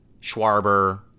Schwarber